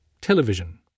television